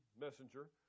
messenger